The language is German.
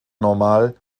normal